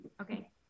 Okay